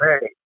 hey